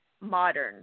modern